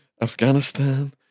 Afghanistan